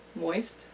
Moist